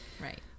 right